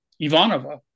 Ivanova